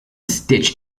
stitch